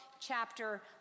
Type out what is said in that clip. chapter